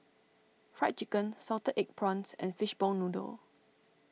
Fried Chicken Salted Egg Prawns and Fishball Noodle